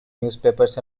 newspapers